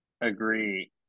agree